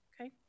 Okay